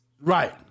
Right